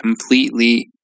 completely